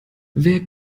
wer